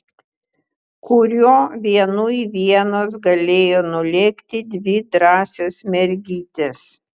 kuriuo vienui vienos galėjo nulėkti dvi drąsios mergytės